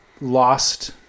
lost